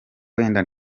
wenda